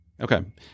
Okay